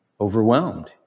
overwhelmed